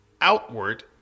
outward